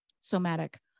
somatic